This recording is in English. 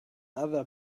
other